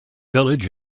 village